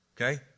okay